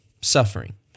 suffering